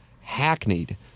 hackneyed